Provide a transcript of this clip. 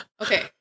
Okay